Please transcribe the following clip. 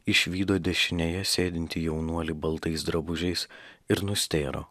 išvydo dešinėje sėdintį jaunuolį baltais drabužiais ir nustėro